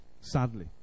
Sadly